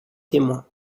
témoin